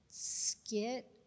skit